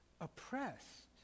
oppressed